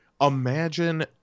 imagine –